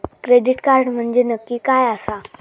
Credit card म्हंजे नक्की काय आसा?